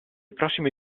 prossimi